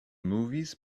movies